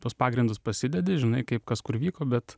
tuos pagrindus pasidedi žinai kaip kas kur vyko bet